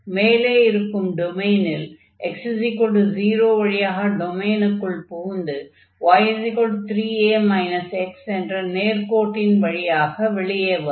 மேலே இருக்கும் டொமைனில் x0 வழியாக டொமைனுக்குள் புகுந்து y3a x என்ற நேர்க்கோட்டின் வழியாக வெளியே வரும்